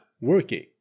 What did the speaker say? working